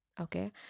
Okay